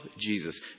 Jesus